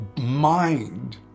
mind